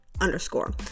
underscore